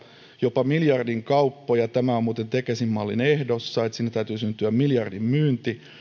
jopa miljardin kauppoja tämä on muuten tekesin mallin ehdoissa että sinne täytyy syntyä miljardin myynti